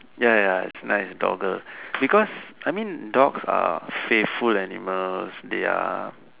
ya ya it's nice dogle because I mean dogs are faithful animals they are